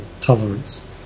tolerance